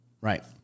Right